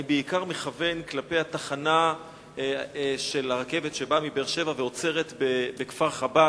אני בעיקר מכוון כלפי התחנה של הרכבת שבאה מבאר-שבע ועוצרת בכפר-חב"ד.